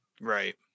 right